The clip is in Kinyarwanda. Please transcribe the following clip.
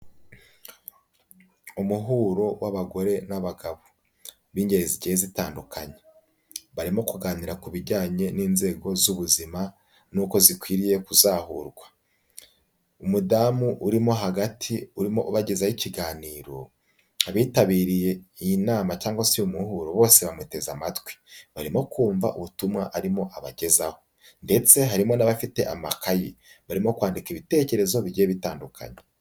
Umuhuro w'abagore n'abagabo b'ingeri zigiye zitandukanye, barimo kuganira ku bijyanye n'inzego z'ubuzima n'uko zikwiriye kuzahurwa, umudamu urimo hagati urimo ubagezaho ikiganiro abitabiriye iyi nama cyangwa se umuhuro bose bamuteze amatwi, barimo kumva ubutumwa arimo abagezaho, ndetse harimo n'abafite amakayi barimo kwandika ibitekerezo bigiye bitandukanye.